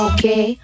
Okay